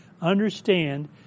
understand